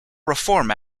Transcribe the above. reform